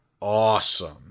awesome